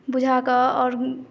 बुझा के आओर